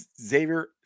Xavier